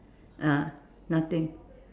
ah nothing